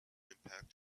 impact